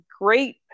great